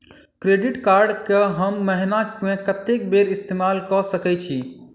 Credit card कऽ हम महीना मे कत्तेक बेर इस्तेमाल कऽ सकय छी?